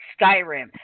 Skyrim